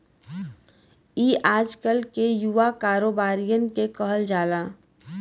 ई आजकल के युवा कारोबारिअन के कहल जाला